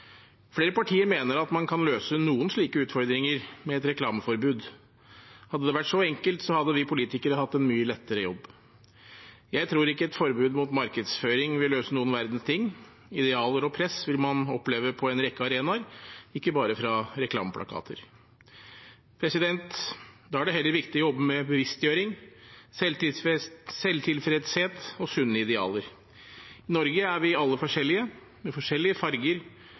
Flere partier mener at man kan løse noen slike utfordringer med et reklameforbud. Hadde det vært så enkelt, hadde vi politikere hatt en mye lettere jobb. Jeg tror ikke et forbud mot markedsføring vil løse noen verdens ting. Idealer og press vil man oppleve på en rekke arenaer – ikke bare fra reklameplakater. Da er det heller viktig å jobbe med bevisstgjøring, selvtilfredshet og sunne idealer. I Norge er vi alle forskjellige, med forskjellige farger,